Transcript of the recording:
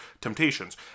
temptations